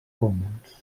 commons